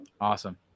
awesome